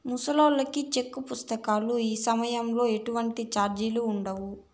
ముసలాల్లకి సెక్కు పుస్తకాల ఇసయంలో ఎటువంటి సార్జిలుండవు